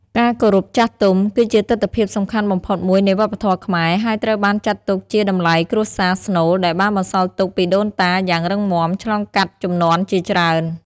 ការគោរពចាស់ទុំ គឺជាទិដ្ឋភាពសំខាន់បំផុតមួយនៃវប្បធម៌ខ្មែរ ហើយត្រូវបានចាត់ទុកជាតម្លៃគ្រួសារស្នូលដែលបានបន្សល់ទុកពីដូនតាយ៉ាងរឹងមាំឆ្លងកាត់ជំនាន់ជាច្រើន។